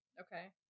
Okay